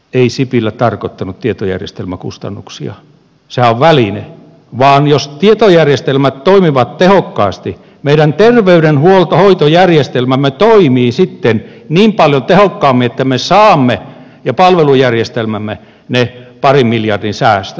ei sipilä tarkoittanut tietojärjestelmäkustannuksia sehän on väline vaan jos tietojärjestelmät toimivat tehokkaasti meidän terveydenhoitojärjestelmämme toimii sitten niin paljon tehokkaammin että me ja palvelujärjestelmämme saamme ne parin miljardin säästöt